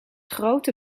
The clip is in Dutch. grote